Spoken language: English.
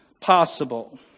possible